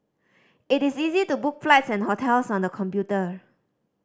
it is easy to book flights and hotels on the computer